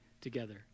together